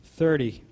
thirty